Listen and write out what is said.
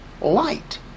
light